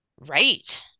Right